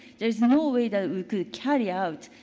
there is no way that we could carry out.